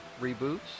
reboots